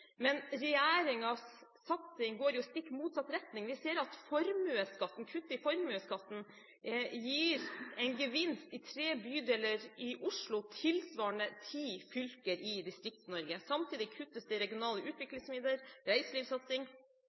Men regjeringens satsing går i stikk motsatt retning. Vi ser at kutt i formuesskatten gir gevinst i tre bydeler i Oslo tilsvarende ti fylker i Distrikts-Norge. Samtidig kuttes det i regionale utviklingsmidler, reiselivssatsing,